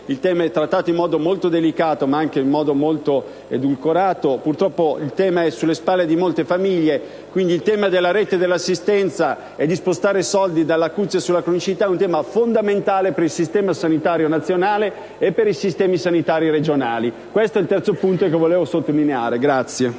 il tema è trattato in modo molto delicato ma anche molto edulcorato. Purtroppo il problema è sulle spalle di molte famiglie. Quindi il tema della rete dell'assistenza e di spostare soldi dall'acuzie alla cronicità è fondamentale per il sistema sanitario nazionale e per i sistemi sanitari regionali. Questo è il terzo punto che volevo sottolineare.